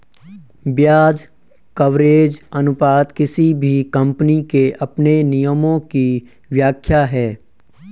ब्याज कवरेज अनुपात किसी भी कम्पनी के अपने नियमों की व्याख्या है